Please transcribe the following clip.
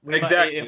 but exactly. and